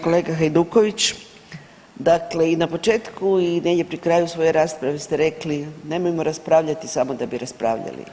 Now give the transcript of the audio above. Kolega Hajduković, dakle i na početku i negdje pri kraju svoje rasprave ste rekli nemojmo raspravljati samo da bi raspravljati.